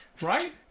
Right